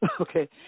okay